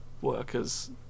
workers